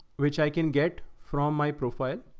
which i can get from my profile.